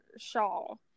shawl